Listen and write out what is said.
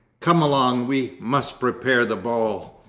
come along, we must prepare the ball